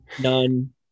None